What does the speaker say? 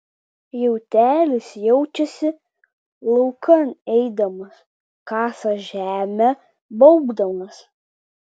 jautelis jaučiasi laukan eidamas kasa žemę baubdamas